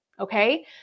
okay